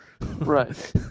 Right